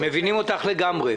מבינים אותך לגמרי.